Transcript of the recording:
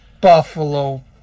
buffalo